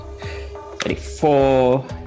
thirty-four